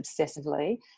obsessively